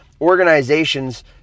Organizations